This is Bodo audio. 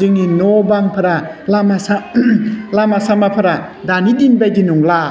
जोंनि न' बांफ्रा लामा लामा सामाफोरा दानि दिन बायदि नंला